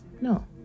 No